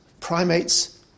Primates